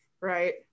right